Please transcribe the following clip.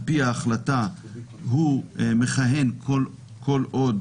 על פי ההחלטה, הוא מכהן כל עוד